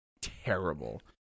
terrible